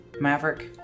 Maverick